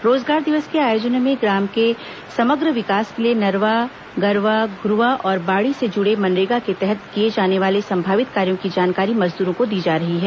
रोजगार दिवस के आयोजनों में गांव के समग्र विकास के लिए नरवा गरूवा घ्रवा और बाड़ी से जुड़े मनरेगा के तहत किए जाने संभावित कार्यो की जानकारी मजदूरों को दी जा रही है